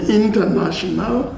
international